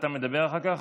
אתה מדבר אחר כך?